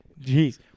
Jeez